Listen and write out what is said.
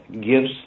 gives